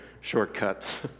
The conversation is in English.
shortcut